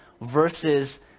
versus